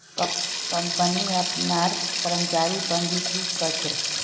company अपनार कर्मचारीक पंजीकृत कर छे